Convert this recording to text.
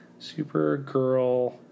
Supergirl